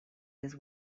his